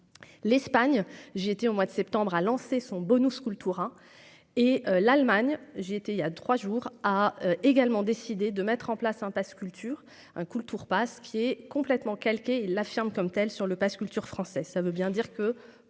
l'Espagne, j'ai été au mois de septembre, a lancé son bonus coup le tour, hein, et l'Allemagne, j'ai été il y a 3 jours, a également décidé de mettre en place un Pass culture un coup tour Pasquier complètement calqué la affirme comme telle sur le Pass culture français